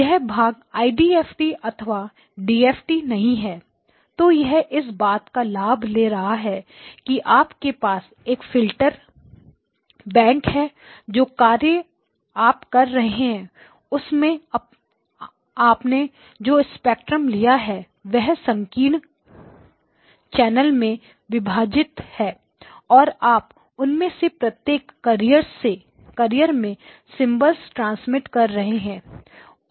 यह भाग IDFT IDFT अथवा डीएफटी DFT नहीं है तो यह इस बात का लाभ ले रहा है कि आपके पास एक फिल्टर बैंक है जो कार्य आप कर रहे हैं उसमें आपने जो स्पेक्ट्रम लिया है वह संकीर्ण चैनल्स में विभाजित है और आप उनमें से प्रत्येक कैर्रिएर्स में सिम्बोलस ट्रांसमिट कर रहे हैं